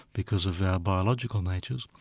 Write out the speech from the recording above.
because of our biological natures,